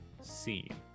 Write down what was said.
Scene